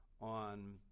on